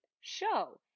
show